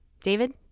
David